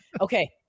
okay